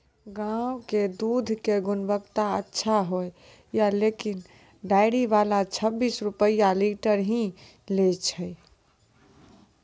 गांव के दूध के गुणवत्ता अच्छा होय या लेकिन डेयरी वाला छब्बीस रुपिया लीटर ही लेय छै?